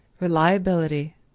reliability